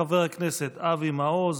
חבר הכנסת אבי מעוז,